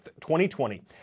2020